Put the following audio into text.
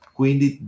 quindi